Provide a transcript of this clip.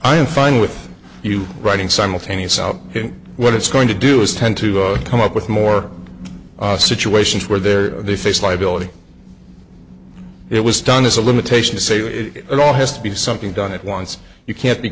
i'm fine with you writing simultaneous out what it's going to do is tend to come up with more situations where there they face liability it was done as a limitation to say it all has to be something done at once you can't be